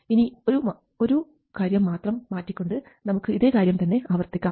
ഇനി ഒരു മാത്രം കാര്യം മാറ്റി കൊണ്ട് നമുക്ക് ഇതേ കാര്യം തന്നെ ആവർത്തിക്കാം